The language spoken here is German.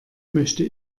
möchte